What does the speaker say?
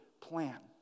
plan